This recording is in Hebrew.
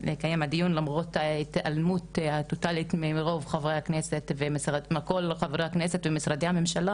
על קיום הדיון למרות ההתעלמות הטוטאלית מכל חברי הכנסת ומשרדי הממשלה